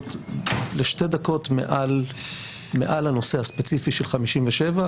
לעלות לשתי דקות מעל לנושא הספציפי של 57,